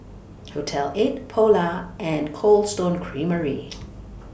Hotel eighty Polar and Cold Stone Creamery